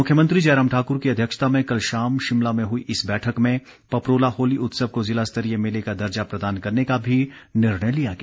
मुख्यमंत्री जयराम ठाकुर की अध्यक्षता में कल शाम शिमला में हुई इस बैठक में पपरोला होली उत्सव को जिला स्तरीय मेले का दर्जा प्रदान करने का भी निर्णय लिया गया